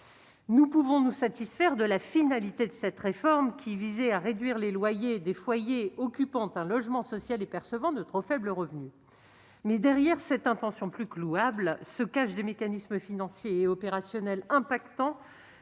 Nous pouvons nous satisfaire de la finalité de cette réforme, qui visait à réduire les loyers des foyers occupant un logement social et percevant de trop faibles revenus. Mais derrière cette intention plus que louable se cachent des mécanismes financiers et opérationnels que nous